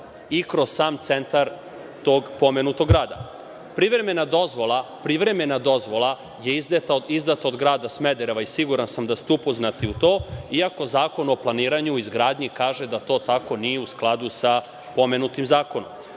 i kroz sam centar tog grada. Privremena dozvola je izdata od grada Smedereva i siguran sam da ste upoznati u to, iako Zakon o planiranju i izgradnji kaže da to tako nije u skladu sa pomenutim zakonom.